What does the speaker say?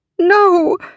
No